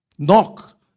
Knock